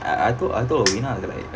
I I told I told like